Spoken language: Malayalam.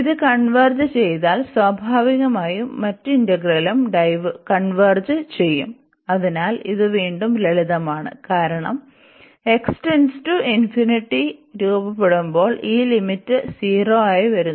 ഇത് കൺവെർജ് ചെയ്താൽ സ്വാഭാവികമായും മറ്റ് ഇന്റഗ്രലും കൺവെർജ് ചെയ്യും അതിനാൽ ഇത് വീണ്ടും ലളിതമാണ് കാരണം രൂപപ്പെടുമ്പോൾ ഈ ലിമിറ്റ് 0 ആയി വരുന്നു